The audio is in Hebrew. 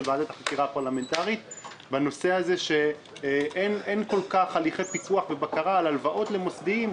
על כך שאין כל כך הליכי פיקוח ובקרה על הלוואות למוסדיים,